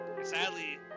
sadly